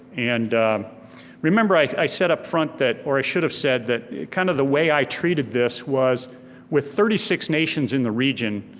and remember i i said up front, or should have said, that kind of the way i treated this was with thirty six nations in the region,